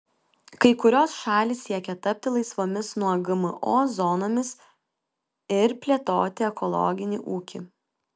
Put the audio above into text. kai kurios šalys siekia tapti laisvomis nuo gmo zonomis ir plėtoti ekologinį ūkį